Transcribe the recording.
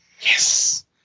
Yes